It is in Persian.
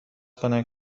کنم